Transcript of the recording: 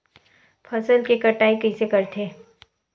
फसल के कटाई कइसे करथे?